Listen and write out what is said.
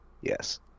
Yes